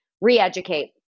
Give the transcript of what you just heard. re-educate